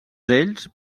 ells